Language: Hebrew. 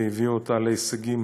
והביא אותה להישגים